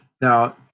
Now